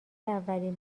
اولین